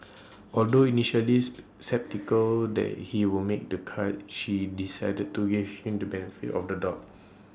although initially sceptical that he would make the cut she decided to give him the benefit of the doubt